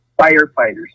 firefighters